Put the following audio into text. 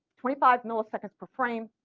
twenty five milliseconds per frame,